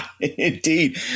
Indeed